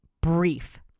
brief